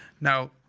Now